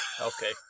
Okay